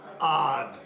Odd